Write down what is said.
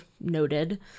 noted